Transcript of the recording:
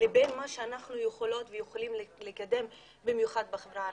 לבין מה שאנחנו יכולות ויכולים לקדם במיוחד בחברה הערבית.